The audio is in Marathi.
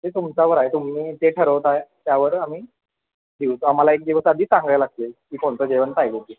ते तुमच्यावर आहे तुम्ही ते ठरवत आहे त्यावर आम्ही देऊ तर आम्हाला एक दिवस आधी सांगायला लागतील की कोणतं जेवण पाहिजे आहे ते